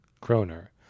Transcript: Kroner